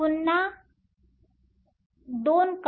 पुन्हा 2 का